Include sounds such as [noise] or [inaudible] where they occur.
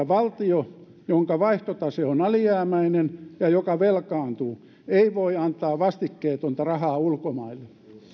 [unintelligible] valtio jonka vaihtotase on alijäämäinen ja joka velkaantuu ei voi antaa vastikkeetonta rahaa ulkomaille